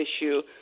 issue